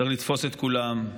צריך לתפוס את כולם,